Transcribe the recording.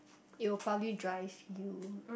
it will probably drive you